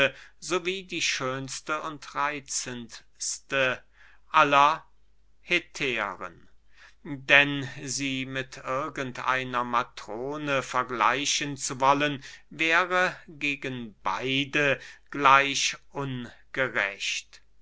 wie die schönste und reitzendste aller hetären denn sie mit irgend einer matrone vergleichen zu wollen wäre gegen beide gleich ungerecht